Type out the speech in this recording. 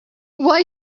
why